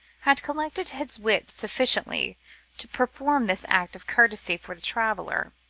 had collected his wits sufficiently to perform this act of courtesy for the traveller.